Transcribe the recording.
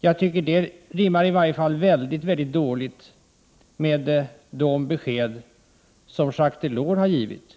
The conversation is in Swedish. Det rimmar i varje fall väldigt dåligt med de besked som Jacques Delors har givit.